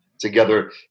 together